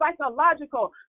psychological